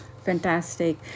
Fantastic